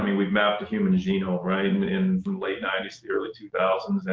i mean we've mapped a human genome right? in in the late ninety s, the early two thousand